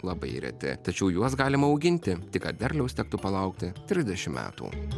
labai reti tačiau juos galima auginti tik kad derliaus tektų palaukti trisdešim metų